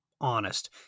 honest